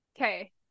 okay